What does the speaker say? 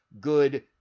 good